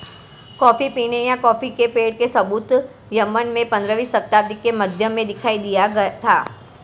coffee पीने या coffee के पेड़ के सबूत यमन में पंद्रहवी शताब्दी के मध्य में दिखाई दिया था